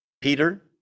Peter